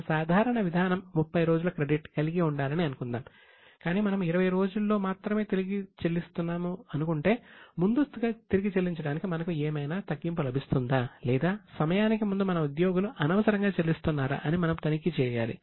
మన సాధారణ విధానం 30 రోజుల క్రెడిట్ కలిగి ఉండాలని అనుకుందాం కాని మనము 20 రోజుల్లో మాత్రమే తిరిగి చెల్లిస్తున్నాము అనుకుంటే ముందస్తుగా తిరిగి చెల్లించటానికి మనకు ఏమైనా తగ్గింపు లభిస్తుందా లేదా సమయానికి ముందు మన ఉద్యోగులు అనవసరంగా చెల్లిస్తున్నారా అని మనము తనిఖీ చేయాలి